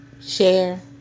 share